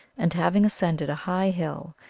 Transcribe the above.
and, having ascended a high hill,